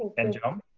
and john,